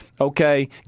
okay